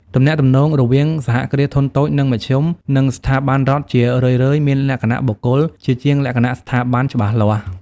ទំនាក់ទំនងរវាង សហគ្រាសធុនតូច និងមធ្យម និងស្ថាប័នរដ្ឋជារឿយៗមានលក្ខណៈបុគ្គល ជាជាងលក្ខណៈស្ថាប័នច្បាស់លាស់។